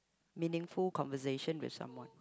meaningful conversation with someone